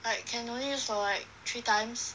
I can only use for like three times